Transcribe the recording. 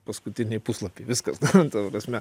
paskutinį puslapį viskas ta prasme